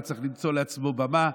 והיה צריך למצוא לעצמו במה,